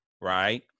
right